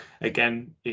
again